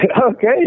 Okay